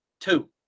two